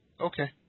Okay